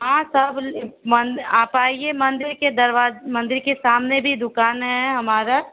हाँ सब मन आप आइए मंदिर के दरवा मंदिर के सामने भी दुकान है हमारा